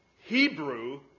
Hebrew